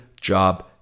job